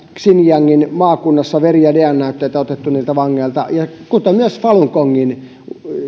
xinjiangin maakunnassa otettu veri ja dna näytteitä kuten myös falun gong